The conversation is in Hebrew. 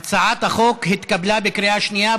הצעת החוק התקבלה בקריאה שנייה.